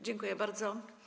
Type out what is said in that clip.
Dziękuję bardzo.